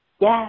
Yes